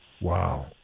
wow